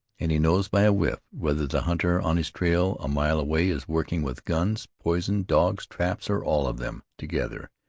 and he knows by a whiff whether the hunter on his trail a mile away is working with guns, poison, dogs, traps, or all of them together.